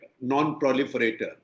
non-proliferator